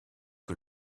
que